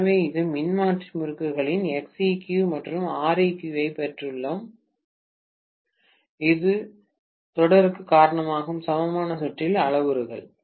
எனவே எனது மின்மாற்றி முறுக்குகளின் Xeq மற்றும் Req ஐப் பெற்றுள்ளேன் இது தொடருக்குக் காரணமாகும் சமமான சுற்றில் அளவுருக்கள்